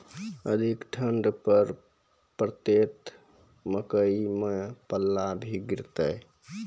अधिक ठंड पर पड़तैत मकई मां पल्ला भी गिरते?